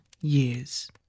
years